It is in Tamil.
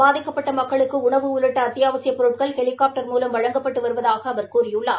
பாதிக்கப்பட்ட மக்களுக்கு உணவு உள்ளிட்ட அத்தியாவசியப் பொருட்கள் ஹெலிகாப்டர் மூலம் வழங்கப்பட்டு வருவதாக அவர் கூறியுள்ளார்